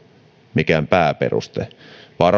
mikään pääperuste vaan